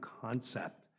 concept